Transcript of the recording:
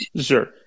Sure